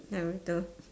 narrator